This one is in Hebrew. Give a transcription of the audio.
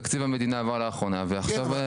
תקציב המדינה עבר לאחרונה ועכשיו.